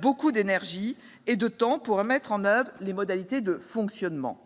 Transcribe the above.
beaucoup d'énergie et de temps pour mettre en oeuvre les modalités de fonctionnement.